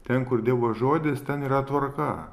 ten kur dievo žodis ten yra tvarka